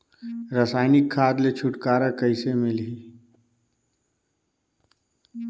रसायनिक खाद ले छुटकारा कइसे मिलही?